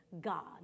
God